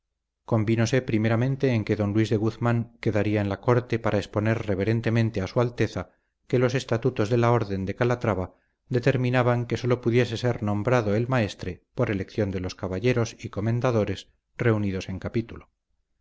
superó convínose primeramente en que don luis de guzmán quedaría en la corte para exponer reverentemente a su alteza que los estatutos de la orden de calatrava determinaban que sólo pudiese ser nombrado el maestre por elección de los caballeros y comendadores reunidos en capítulo